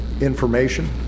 information